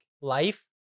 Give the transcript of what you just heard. life